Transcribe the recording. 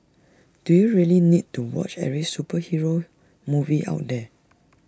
do you really need to watch every superhero movie out there